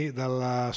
dalla